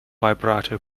vibrato